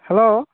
hello